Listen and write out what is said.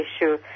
issue